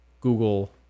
Google